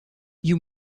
you